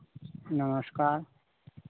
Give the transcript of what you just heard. नमस्कार